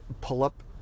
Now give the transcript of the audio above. pull-up